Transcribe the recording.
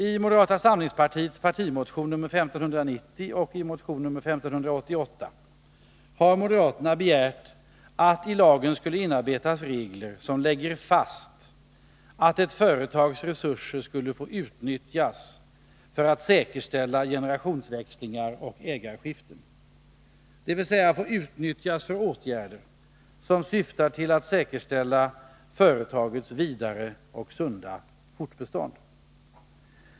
I moderata samlingspartiets partimotioner nr 1590 och 1588 har vi begärt att det i lagen skallinarbetas regler som lägger fast att ett företags resurser skall få utnyttjas för att säkerställa generationsväxlingar och ägarskiften, dvs. få utnyttjas för åtgärder som syftar till att säkerställa företagets sunda fortbestånd.